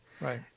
Right